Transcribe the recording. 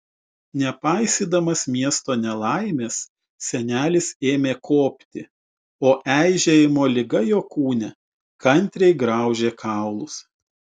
nepaisydamas miesto nelaimės senelis ėmė kopti o eižėjimo liga jo kūne kantriai graužė kaulus